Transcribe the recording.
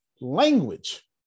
language